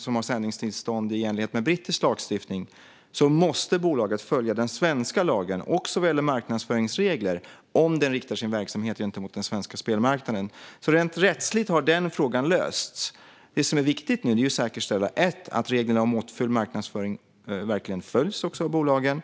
som har sändningstillstånd i enlighet med brittisk lagstiftning måste bolaget följa den svenska lagen, också vad gäller marknadsföringsregler, om det riktar sin verksamhet till den svenska spelmarknaden. Rent rättsligt har denna fråga alltså lösts. Det är nu viktigt att säkerställa att reglerna om måttfull marknadsföring verkligen följs av bolagen.